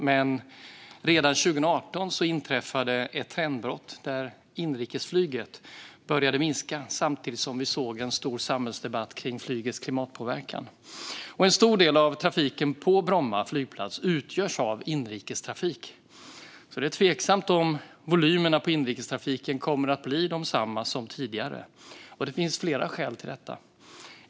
Men redan 2018 inträffade ett trendbrott, där inrikesflyget började att minska samtidigt som vi såg en stor samhällsdebatt kring flygets klimatpåverkan. En stor del av trafiken på Bromma flygplats utgörs av inrikestrafik. Det är tveksamt om volymerna på inrikestrafiken kommer att bli desamma som tidigare. Det finns flera skäl till detta.